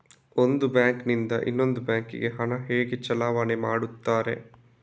ಒಂದು ಬ್ಯಾಂಕ್ ನಿಂದ ಇನ್ನೊಂದು ಬ್ಯಾಂಕ್ ಗೆ ಹಣ ಹೇಗೆ ಚಲಾವಣೆ ಮಾಡುತ್ತಾರೆ?